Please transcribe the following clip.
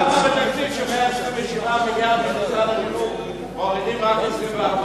למה בתקציב של 27 מיליארד של משרד החינוך מורידים רק 24